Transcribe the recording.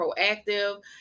proactive